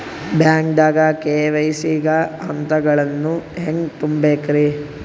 ಬ್ಯಾಂಕ್ದಾಗ ಕೆ.ವೈ.ಸಿ ಗ ಹಂತಗಳನ್ನ ಹೆಂಗ್ ತುಂಬೇಕ್ರಿ?